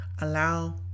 allow